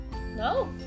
No